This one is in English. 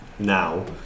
now